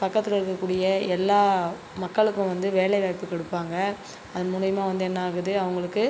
பக்கத்தில் இருக்கக்கூடிய எல்லா மக்களுக்கும் வந்து வேலை வாய்ப்பு கொடுப்பாங்க அதன் மூலியமா வந்து என்ன ஆகுது அவங்களுக்கு